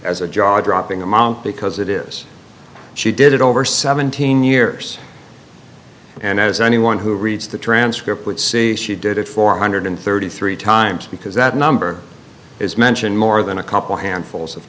as a jaw dropping amount because it is she did it over seventeen years and as anyone who reads the transcript would see she did it four hundred thirty three times because that number is mentioned more than a couple handfuls of